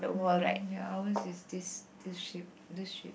mm ya ours is this this shape this shape